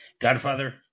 Godfather